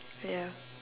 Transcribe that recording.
ya